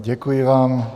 Děkuji vám.